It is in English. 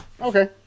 Okay